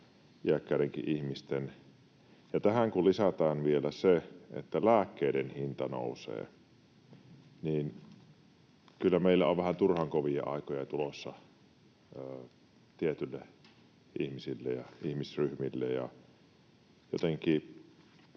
iäkkäidenkin ihmisten, ja tähän kun lisätään vielä se, että lääkkeiden hinta nousee, niin kyllä meillä on vähän turhan kovia aikoja tulossa tietyille ihmisille ja ihmisryhmille.